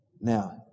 Now